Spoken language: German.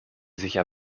sicher